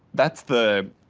that's the